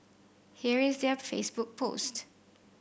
here is their Facebook post